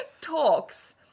talks